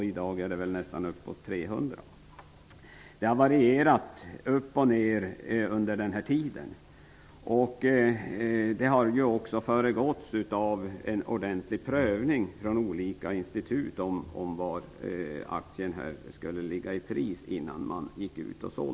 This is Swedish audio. I dag är det nästan uppåt 300. Det har varierat upp och ned under den här tiden. Innan man gick ut och sålde gjorde också olika institut en ordentlig prövning av var priset för aktien skulle ligga.